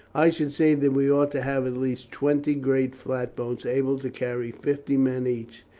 i should say that we ought to have at least twenty great flatboats able to carry fifty men each.